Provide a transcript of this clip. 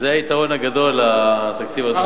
וזה היתרון הגדול בתקציב הדו-שנתי.